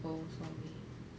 oh sorry